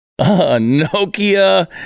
Nokia